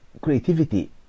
creativity